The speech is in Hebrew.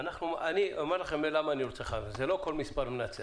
אני רוצה להגיד לכם למה אני רוצה לקבוע 15%. זה לא "כל מספר מנצח".